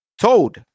Told